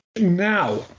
now